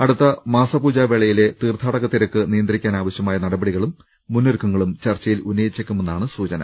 അടുത്ത മാസപൂജ വേളയിലെ തീർത്ഥാടക തിരക്ക് നിയന്ത്രിക്കാനാവശൃമായ നടപടികളും മുന്നൊരുക്കങ്ങളും ചർച്ചയിൽ ഉന്നയിച്ചേക്കുമെന്നാണ് സൂചന